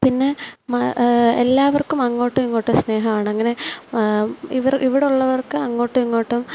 പിന്നെ എല്ലാവർക്കും അങ്ങോട്ടും ഇങ്ങോട്ടും സ്നേഹമാണ് അങ്ങനെ ഇവർ ഇവിടെയുള്ളവർക്ക് അങ്ങോട്ടും ഇങ്ങോട്ടും